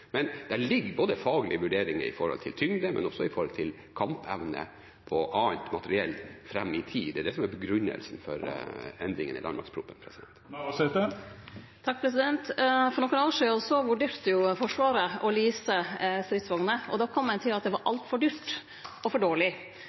til grunn når det gjelder både tyngde, kampevne og annet materiell fram i tid. Det er det som er begrunnelsen for endringen i landmaktproposisjonen. For nokre år sidan vurderte Forsvaret å lease stridsvogner. Då kom ein til at det var altfor dyrt og for dårleg.